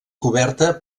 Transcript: coberta